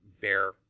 bear